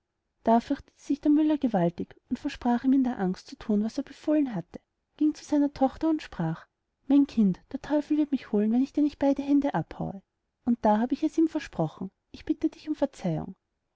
da fürchtete sich der müller gewaltig und versprach ihm in der angst zu thun was er befohlen hätte ging zu seiner tochter und sprach mein kind der teufel wird mich holen wenn ich dir nicht beide hände abhaue und da habe ich es ihm versprochen ich bitte dich um verzeihung